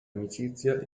amicizia